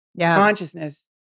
consciousness